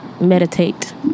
Meditate